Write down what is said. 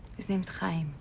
his name's chaim.